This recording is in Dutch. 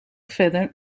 verder